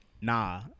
nah